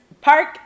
Park